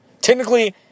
Technically